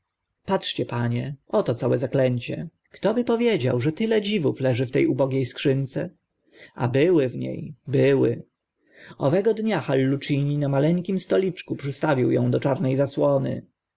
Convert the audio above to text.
patrzcie panie oto całe zaklęcie kto by powiedział że tyle dziwów leży w te ubogie skrzynce a były w nie były owego dnia hallucini na maleńkim stoliczku przystawił ą do czarne zasłony